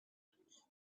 lines